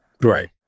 Right